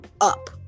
up